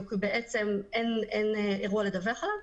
או כי בעצם אין אירוע לדווח עליו,